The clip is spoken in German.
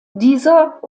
dieser